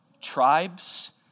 tribes